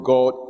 God